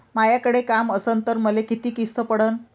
मायाकडे काम असन तर मले किती किस्त पडन?